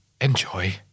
enjoy